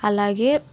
అలాగే